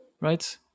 right